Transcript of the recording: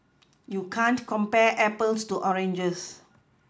you can't compare Apples to oranges